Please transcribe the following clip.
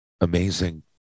amazing